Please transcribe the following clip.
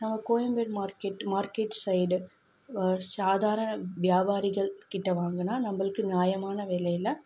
நம்ம Koyambedu market market side சாதாரண வியாபாரிகள் கிட்ட வாங்குன்னா நம்பளுக்கு நியாயமான விலைல